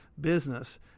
business